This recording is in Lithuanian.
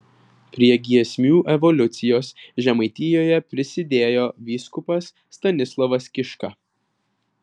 prie giesmių evoliucijos žemaitijoje prisidėjo vyskupas stanislovas kiška